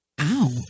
Ow